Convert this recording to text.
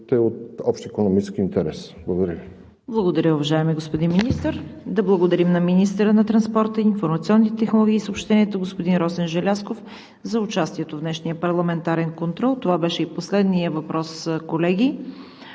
от общ икономически интерес. Благодаря Ви. ПРЕДСЕДАТЕЛ ЦВЕТА КАРАЯНЧЕВА: Благодаря, уважаеми господин Министър. Да благодарим на министъра на транспорта, информационните технологии и съобщенията господин Росен Желязков за участието му в днешния парламентарен контрол. Това беше и последният въпрос, колеги.